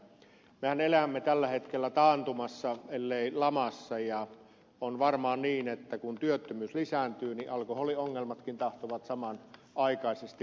mehän elämme tällä hetkellä taantumassa ellei lamassa ja on varmaan niin että kun työttömyys lisääntyy niin alkoholiongelmatkin tahtovat samanaikaisesti lisääntyä